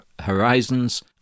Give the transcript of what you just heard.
horizons